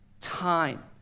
time